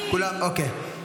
אוקיי.